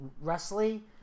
wrestling